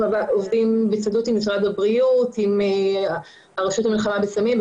אנחנו עובדים בצמידות עם משרד הבריאות ועם הרשות למלחמה בסמים.